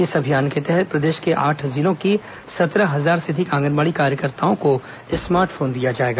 इस अभियान के तहत प्रदेश के आठ जिलों की सत्रह हजार से अधिक आंगनबाड़ी कार्यकर्ताओं को स्मार्ट फोन दिया जाएगा